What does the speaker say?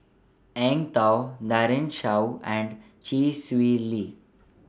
Eng Tow Daren Shiau and Chee Swee Lee